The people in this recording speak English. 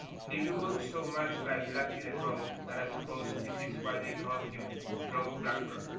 he looks so much like blacky the crow that i suppose this is why they call him crow blackbird.